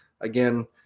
again